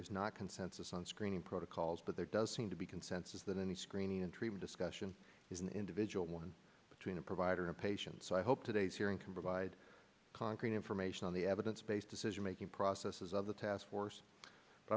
is not consensus on screening protocols but there does seem to be consensus that any screening untreated discussion is in individual one between a provider and patient so i hope today's hearing can provide concrete information on the evidence based decision making processes of the task force